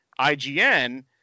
IGN